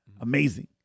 Amazing